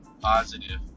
positive